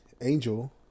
Angel